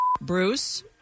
Bruce